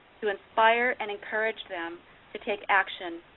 to inspire and encourage them to take action,